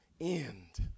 end